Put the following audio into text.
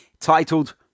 titled